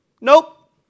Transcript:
Nope